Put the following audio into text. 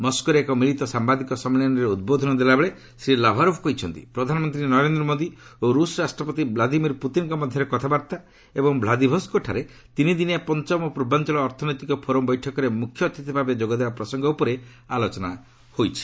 ମସ୍କୋରେ ଏକ ମିଳିତ ସାମ୍ଭାଦିକ ସମ୍ମିଳନୀରେ ଉଦ୍ବୋଧନ ଦେଲାବେଳେ ଶ୍ରୀ ଲାଭାରୋଭ କହିଛନ୍ତି ପ୍ରଧାନମନ୍ତ୍ରୀ ନରେନ୍ଦ୍ର ମୋଦୀ ଓ ରୁଷ ରାଷ୍ଟ୍ରପତି ଭ୍ଲାଦିମିର୍ ପୁତିନ୍ଙ୍କ ମଧ୍ୟରେ କଥାବାର୍ତ୍ତା ଏବଂ ଭ୍ଲାଦିଭୋସ୍କୋଠାରେ ତିନି ଦିନିଆ ପଞ୍ଚମ ପୂର୍ବାଞ୍ଚଳ ଅର୍ଥନୈତିକ ଫୋରମ୍ ବୈଠକରେ ମୁଖ୍ୟ ଅତିଥି ଭାବେ ଯୋଗ ଦେବା ପ୍ରସଙ୍ଗ ଉପରେ ଆଲୋଚନା ହୋଇଛି